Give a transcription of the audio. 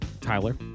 Tyler